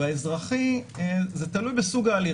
באזרחי זה תלוי בסוג ההליך.